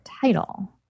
title